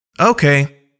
Okay